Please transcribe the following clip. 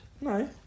no